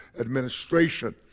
administration